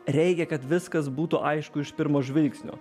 reikia kad viskas būtų aišku iš pirmo žvilgsnio